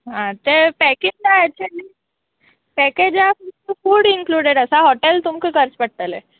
आ ते पॅकेजा एक्चली पॅकेजां फूड इंक्लुडेड आसा हॉटेल तुमकां करचें पडटलें